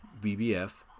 BBF